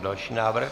Další návrh.